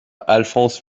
alphonse